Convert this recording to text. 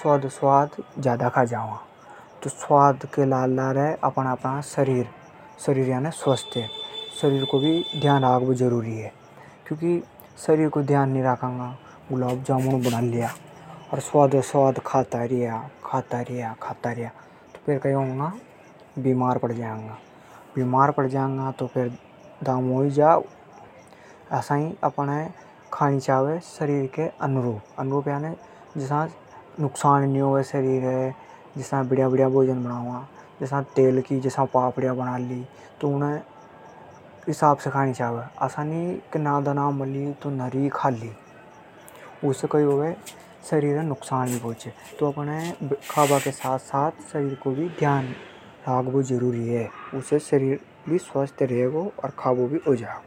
स्वाद स्वाद में अपण ज्यादा खा जावा। स्वाद के लार शरीर को भी ध्यान राख बो जरूरी हे। जसा गुलाब जामुन बनाया। स्वाद स्वाद में खाता रिया। ज्यादा खाग्या तो बीमार पड़ जांगा। तो शरीर के हिसाब से खानी छावे। जिसे बीमार नी होवा। खाबा के साथ साथ शरीर को भी ध्यान राखबो जरूरी हैं।